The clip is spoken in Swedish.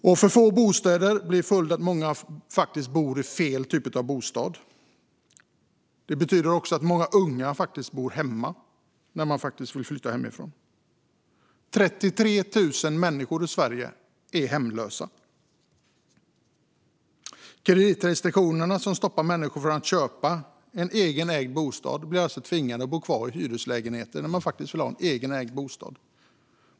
Vi har för få bostäder till följd av att många bor i fel typ av bostad. Det betyder att många unga som vill flytta hemifrån måste bo kvar hemma. Vi har 33 000 människor i Sverige som är hemlösa. Vi har kreditrestriktioner som stoppar människor från att köpa en egenägd bostad. De tvingas bo kvar i hyreslägenhet när de vill ha en egenägd bostad.